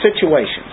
situations